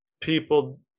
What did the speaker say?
people